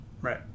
Right